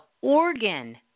organ